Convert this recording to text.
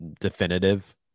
definitive